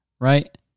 right